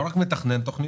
הוא לא רק מתכנן תוכניות,